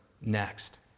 next